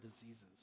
diseases